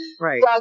Right